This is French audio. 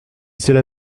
cela